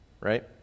right